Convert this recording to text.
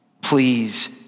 Please